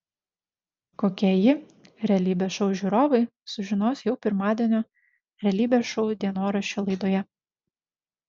kokia ji realybės šou žiūrovai sužinos jau pirmadienio realybės šou dienoraščio laidoje